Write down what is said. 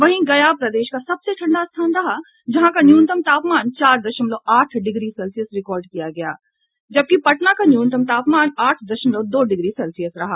वहीं गया प्रदेश का सबसे ठंडा स्थान रहा जहां का न्यूनतम तापमान चार दशमलव आठ डिग्री सेल्सियस रिकॉर्ड किया गया जबकि पटना का न्यूनतम तापमान आठ दशमलव दो डिग्री सेल्सियस रहा